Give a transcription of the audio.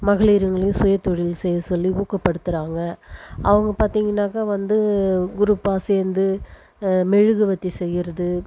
மகளிருங்களையும் சுய தொழில் செய்ய சொல்லி ஊக்கப்படுத்துறாங்கள் அவங்க பார்த்தீங்கன்னாக்கா வந்து குரூப்பாக சேர்ந்து மெழுகுவர்த்தி செய்கிறது